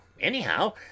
anyhow